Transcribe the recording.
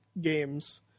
Games